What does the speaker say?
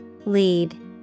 Lead